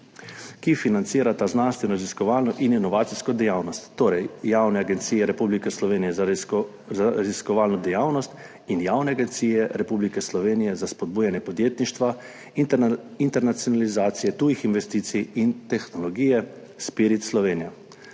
ki financirata znanstvenoraziskovalno in inovacijsko dejavnost, torej Javne agencije Republike Slovenije za raziskovalno dejavnost in Javne agencije Republike Slovenije za spodbujanje podjetništva, internacionalizacije, tujih investicij in tehnologije, SPIRIT Slovenija.